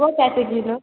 वह कै रुपये किलो